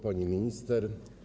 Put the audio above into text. Pani Minister!